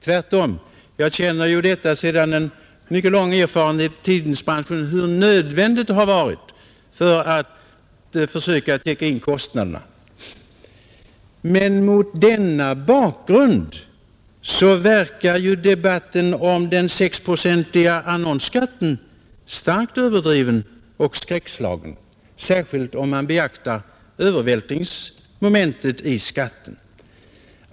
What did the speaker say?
Tvärtom, eftersom jag har lång erfarenhet av hur nödvändigt det varit för tidningarna att försöka täcka de ökade kostnaderna, Men mot denna bakgrund verkar debatten om den sexprocentiga annonsskatten starkt överdriven och skräckslagen, särskilt om man beaktar övervältringsmomentet i skatten.